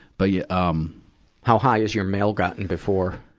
but yeah um how high has your mail gotten before?